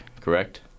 Correct